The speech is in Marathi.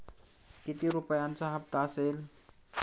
किती रुपयांचा हप्ता असेल?